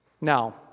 Now